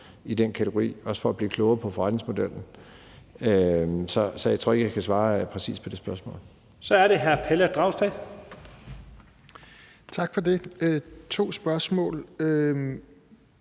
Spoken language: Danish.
i den kategori, også for at blive klogere på forretningsmodellen. Så jeg tror ikke, jeg kan svare præcist på det spørgsmål. Kl. 13:29 Første næstformand